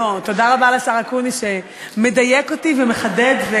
תודה רבה לשר אקוניס שמדייק אותי ומחדד.